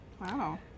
Wow